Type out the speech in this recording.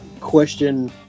question